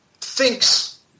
thinks